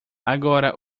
agora